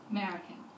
American